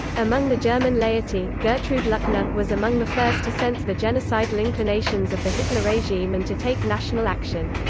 among the german laity, gertrud luckner, was among the first to sense the genocidal inclinations of the hitler regime and to take national action.